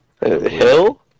Hill